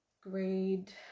grade